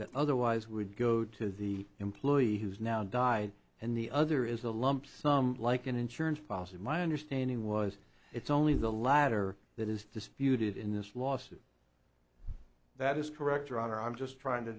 that otherwise would go to the employee has now died and the other is a lump sum like an insurance policy my understanding was it's only the latter that is disputed in this lawsuit that is correct your honor i'm just trying to